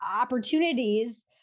opportunities